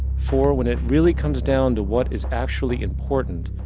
for when it really comes down to what is actually important,